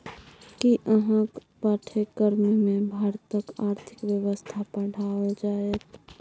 कि अहाँक पाठ्यक्रममे भारतक आर्थिक व्यवस्था पढ़ाओल जाएत?